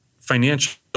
financial